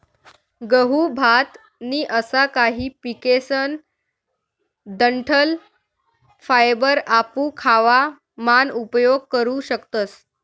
गहू, भात नी असा काही पिकेसकन डंठल फायबर आपू खावा मान उपयोग करू शकतस